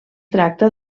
tracta